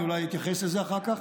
אני אולי אתייחס לזה אחר כך,